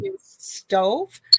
stove